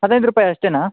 ಹದಿನೈದು ರೂಪಾಯಿ ಅಷ್ಟೆನ